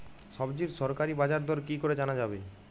সবজির সরকারি বাজার দর কি করে জানা যাবে?